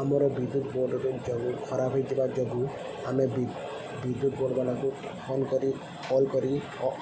ଆମର ବିଦ୍ୟୁତ ବୋର୍ଡ଼୍ ଯୋଗୁଁ ଖରାପ ହୋଇଥିବା ଯୋଗୁଁ ଆମେ ବିଦ୍ୟୁତ୍ ବୋର୍ଡ଼୍ବାଲାକୁ ଫୋନ୍ କରି କଲ୍ କରି